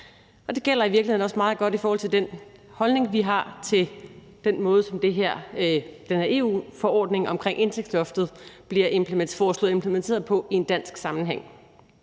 det gælder i virkeligheden også i forhold til den holdning, vi har til den måde, som den her EU-forordning omkring indtægtsloftet bliver foreslået implementeret på i en dansk sammenhæng.